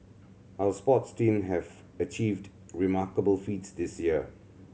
our sports team have achieved remarkable feats this year